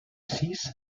sis